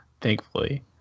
thankfully